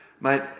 mate